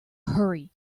hurry